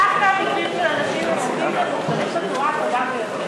דווקא, בצורה הטובה ביותר.